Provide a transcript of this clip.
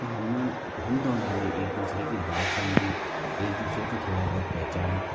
तो हम हम दोनों ने एक दूसरे की बात समझी एक दूसरे को थोड़ा बहुत पहचाना